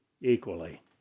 equally